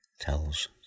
tells